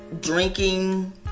drinking